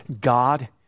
God